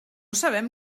sabem